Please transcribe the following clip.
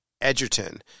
Edgerton